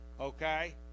okay